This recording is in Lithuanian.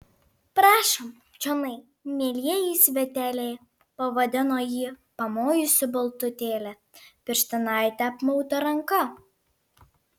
prašom čionai mielieji sveteliai pavadino ji pamojusi baltutėle pirštinaite apmauta ranka